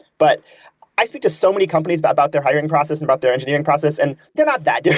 but i speak to so many companies about about their hiring process and about their engineering process, and they're not that